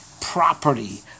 property